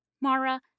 Mara